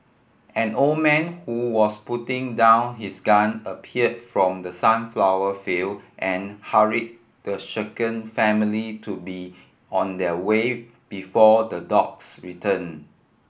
an old man who was putting down his gun appeared from the sunflower field and hurry the shaken family to be on their way before the dogs return